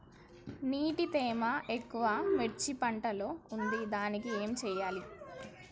నీటి తేమ ఎక్కువ మిర్చి పంట లో ఉంది దీనికి ఏం చేయాలి?